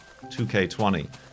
2K20